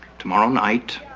tomorrow night.